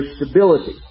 stability